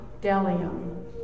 delium